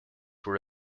were